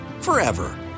forever